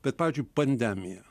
bet pavyzdžiui pandemija